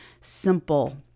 simple